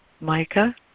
Micah